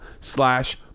slash